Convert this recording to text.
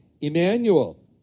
Emmanuel